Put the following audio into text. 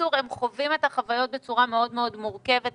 והם חווים את החוויות בצורה מאוד מאוד מורכבת,